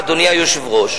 אדוני יושב-ראש